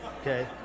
Okay